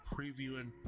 previewing